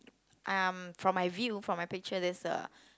um from my view from my picture there's a